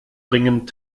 ringend